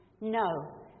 No